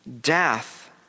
death